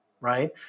right